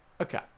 Okay